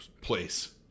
place